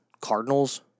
Cardinals